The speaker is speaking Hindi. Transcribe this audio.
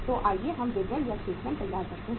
तो आइए हम विवरण या स्टेटमेंट तैयार करते हैं